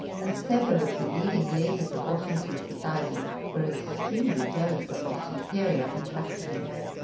and several of the leading ladies of washington society were extremely jealous of her superior attractions.